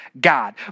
God